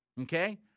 Okay